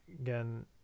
again